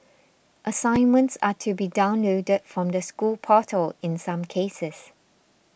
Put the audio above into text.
assignments are to be downloaded from the school portal in some cases